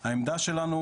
אז העמדה שלו,